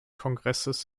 kongresses